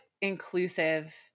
inclusive